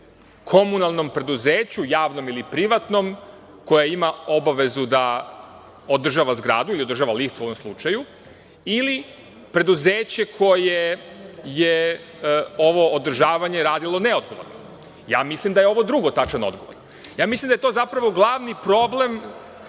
komunalnom preduzeću, javnom ili privatnom koje ima obavezu da održava zgradu ili da održava lift u ovom slučaju, ili preduzeće koje je ovo održavanje radilo neodgovorno? Mislim da je ovo drugo tačan odgovor. Mislim da je to zapravo glavni problem